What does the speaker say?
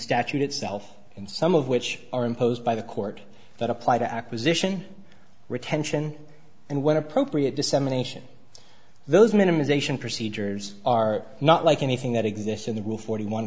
statute itself and some of which are imposed by the court that apply to acquisition retention and when appropriate dissemination those minimisation procedures are not like anything that exists in the forty one